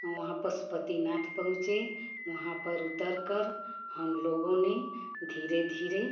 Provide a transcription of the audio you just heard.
वहाँ पशुपतिनाथ पहुँचे वहाँ पर उतर कर हम लोगों ने धीरे धीरे